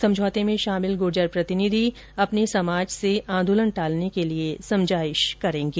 समझौते में शामिल गुर्जर प्रतिनिधि अपने समाज से आंदोलन टालने के लिए समझाइश करेंगे